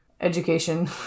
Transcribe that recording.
education